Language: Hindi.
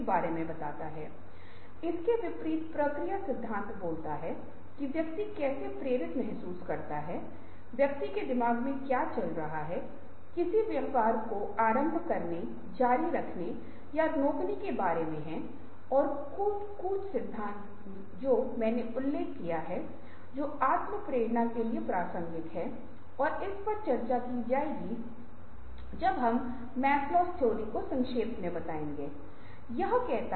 और कुछ वित्तीय जोखिम है क्योंकि पैसा पहले से ही निवेश किया गया है अगर आप आर और डी में लगे हुए हैं और कुछ नया पैसा कर रहे हैं तो परियोजना के लिए पहले से ही निवेश किया गया है लेकिन एक बार पैसा लगाया गया है और रचनात्मकता के लिए भी कोई समय सीमा नहीं है जब आप लोगों से रचनात्मकता की उम्मीद कर रहे हैं तो एक विशेष मृत रेखा से चिपकना मुश्किल है